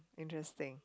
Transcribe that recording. interesting